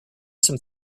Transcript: some